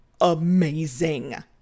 amazing